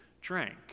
drank